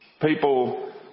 People